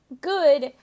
good